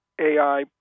AI